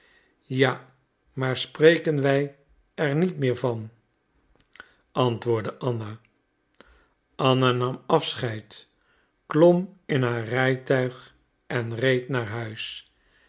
ja maar spreken wij er niet meer van antwoordde anna anna nam afscheid klom in haar rijtuig en reed naar huis